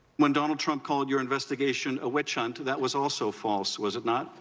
when donald trump called your investigation a witch hunt, that was also false, was it not?